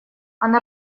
она